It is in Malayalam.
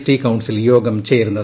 ടി കൌൺസിൽ യോഗം ചേരുന്നത്